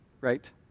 right